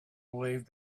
believed